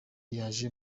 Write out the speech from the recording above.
yaje